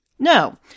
No